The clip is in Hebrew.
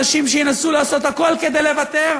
אנשים שינסו לעשות את הכול כדי לוותר,